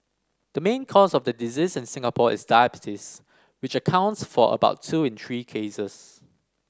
the main cause of the disease in Singapore is diabetes which accounts for about two in three cases